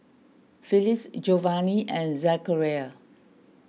Phillis Giovani and Zachariah